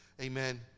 Amen